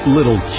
Little